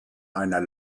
einer